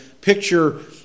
picture